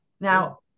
Now